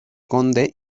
conde